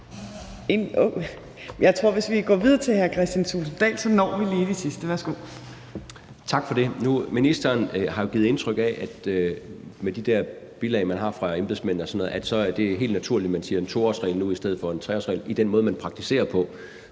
Jeg tror, at hvis vi går videre til hr. Kristian Thulesen Dahl, når vi lige de sidste. Værsgo. Kl. 14:57 Kristian Thulesen Dahl (DF): Tak for det. Ministeren har givet indtryk af, at med de der bilag, man har fra embedsmændene, og sådan noget er det helt naturligt, at man siger en 2-årsregel nu i stedet for en 3-årsregel i den måde, man praktiserer på.